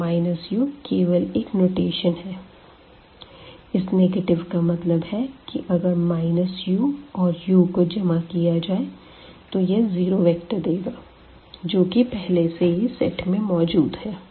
यह u केवल एक नोटेशन है इस नेगेटिव का मतलब है कि अगर u और u को जमा किया जाए तो यह ज़ीरो वेक्टर देगा जो कि पहले से ही सेट में मौजूद है